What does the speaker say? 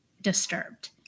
disturbed